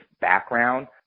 background